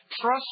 Trust